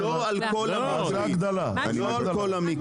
לא על כל המקרים.